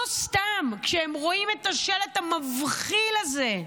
לא סתם, כשהן רואות את השלט המבחיל הזה.